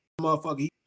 motherfucker